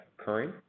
occurring